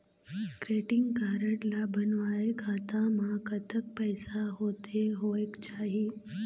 Credit card ला बनवाए खाता मा कतक पैसा होथे होएक चाही?